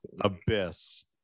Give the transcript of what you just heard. abyss